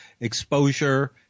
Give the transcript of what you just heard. exposure